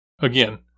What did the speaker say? Again